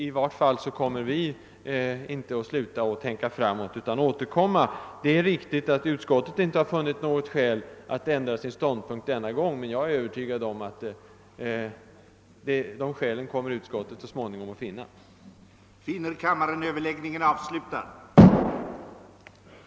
I vilket fall som helst kommer inte vi att sluta med att tänka framåt, utan vi återkommer. Det är riktigt att utskottet denna gång inte har funnit skäl att ändra sin ståndpunkt, men jag är övertygad om att utskottet så småningom kommer att finna de skälen.